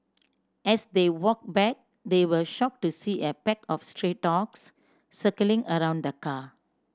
as they walked back they were shocked to see a pack of stray dogs circling around the car